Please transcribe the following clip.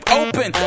open